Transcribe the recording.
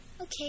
Okay